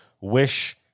wish